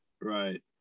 Right